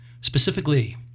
Specifically